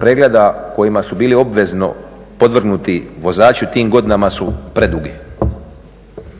pregleda kojima su bili obvezno podvrgnuti vozači u tim godinama su predugi.